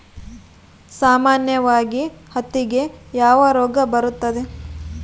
ಸಾಮಾನ್ಯವಾಗಿ ಹತ್ತಿಗೆ ಯಾವ ರೋಗ ಬರುತ್ತದೆ?